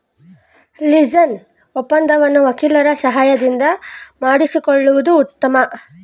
leasing ಒಪ್ಪಂದವನ್ನು ವಕೀಲರ ಸಹಾಯದಿಂದ ಮಾಡಿಸಿಕೊಳ್ಳುವುದು ಉತ್ತಮ